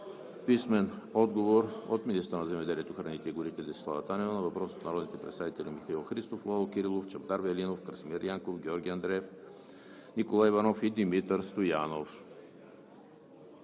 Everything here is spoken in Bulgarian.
Иванов; - министъра на земеделието, храните и горите Десислава Танева на въпрос от народните представители Михаил Христов, Лало Кирилов, Чавдар Велинов, Красимир Янков, Георги Андреев, Николай Иванов и Димитър Стоянов;